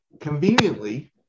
conveniently